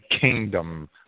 kingdom